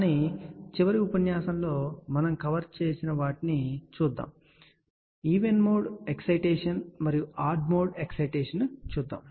కానీ చివరి ఉపన్యాసంలో మనం కవర్ చేసిన వాటిని త్వరగా చూద్దాం తరువాత ఈవెన్ మోడ్ ఎక్సైటేషన్ మరియు ఆడ్ మోడ్ ఎక్సైటేషన్ చూద్దాము